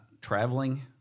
traveling